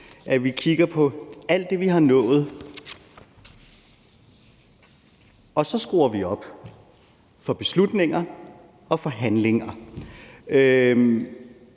at vi kigger på alt det, vi har nået, og så skruer vi op for beslutninger og handlinger.